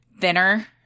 thinner